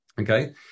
Okay